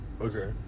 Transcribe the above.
Okay